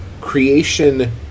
Creation